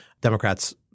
Democrats